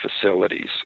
facilities